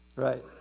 Right